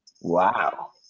wow